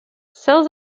cells